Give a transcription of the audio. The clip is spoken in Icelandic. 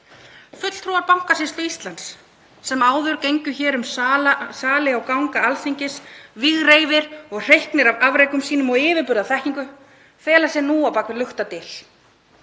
Fulltrúar Bankasýslu Íslands sem áður gengu hér um sali og ganga Alþingis, vígreifir og hreyknir af afrekum sínum og yfirburðaþekkingu fela sig nú á bak við luktar dyr.